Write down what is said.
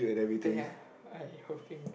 ya I hoping